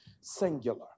singular